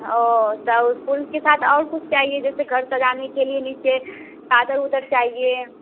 हाँ वह चाहे उस फूल के साथ और कुछ चाहिए जैसे घर सजाने के लिए नीचे चादर उदर चाहिए